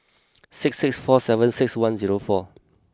six six four seven six one zero four